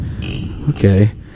Okay